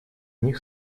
них